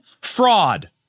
fraud